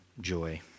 joy